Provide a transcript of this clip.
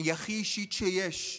היא הכי אישית שיש,